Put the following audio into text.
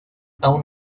aun